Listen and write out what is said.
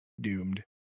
doomed